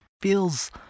feels